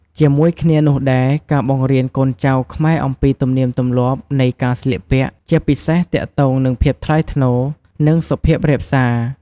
ជាមួយគ្នានោះដែរ ការបង្រៀនកូនចៅខ្មែរអំពីទំនៀមទម្លាប់នៃការស្លៀកពាក់ ជាពិសេសទាក់ទងនឹងភាពថ្លៃថ្នូរ និងសុភាពរាបសារ។